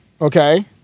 okay